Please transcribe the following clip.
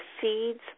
seeds